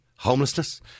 Homelessness